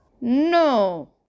No